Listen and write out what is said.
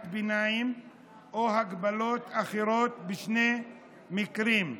ביניים או הגבלות אחרות בשני מקרים: